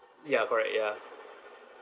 ya correct ya